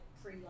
pre